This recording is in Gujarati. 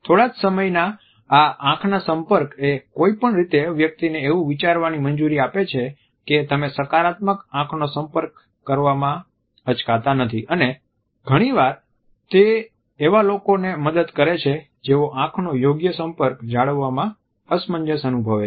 થોડા જ સમયના આ આંખના સંપર્કએ કોઈપણ રીતે વ્યક્તિને એવું વિચારવાની મંજૂરી આપે છે કે તમે સકારાત્મક આંખનો સંપર્ક કરવામાં અચકાતા નથી અને ઘણીવાર તે એવા લોકોને મદદ કરે છે જેઓ આંખનો યોગ્ય સંપર્ક જાળવવામાં અસમંજસ અનુભવે છે